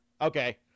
Okay